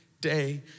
day